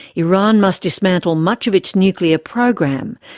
iran must dismantle much of its nuclear program,